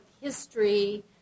history